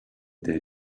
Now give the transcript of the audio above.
they